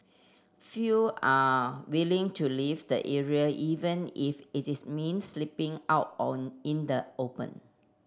few are willing to leave the area even if it is means sleeping out on in the open